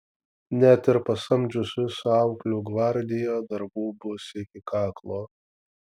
net ir pasamdžius visą auklių gvardiją darbų bus iki kaklo